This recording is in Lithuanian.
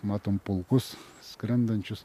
matom pulkus skrendančius